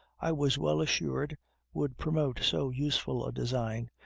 i was well assured would promote so useful a design,